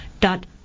Dot